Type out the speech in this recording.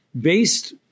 based